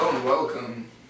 Welcome